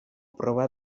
proba